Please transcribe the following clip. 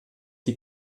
die